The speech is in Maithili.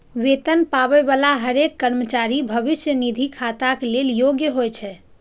वेतन पाबै बला हरेक कर्मचारी भविष्य निधि खाताक लेल योग्य होइ छै